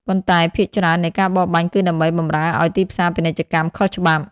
ប៉ុន្តែ ភាគច្រើននៃការបរបាញ់គឺដើម្បីបម្រើឱ្យទីផ្សារពាណិជ្ជកម្មខុសច្បាប់។